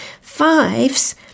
Fives